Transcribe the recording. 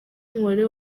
umubare